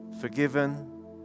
Forgiven